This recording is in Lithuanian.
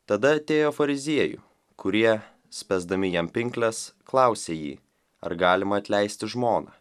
tada atėjo fariziejų kurie spęsdami jam pinkles klausė jį ar galima atleisti žmoną